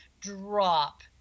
drop